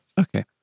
Okay